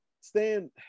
Stan